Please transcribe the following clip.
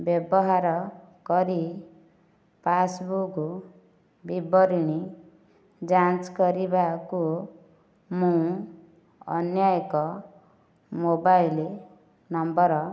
ବ୍ୟବହାର କରି ପାସ୍ବୁକ୍ ବିବରଣୀ ଯାଞ୍ଚ କରିବାକୁ ମୁଁ ଅନ୍ୟ ଏକ ମୋବାଇଲ୍ ନମ୍ବର